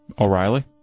O'Reilly